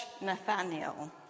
Nathaniel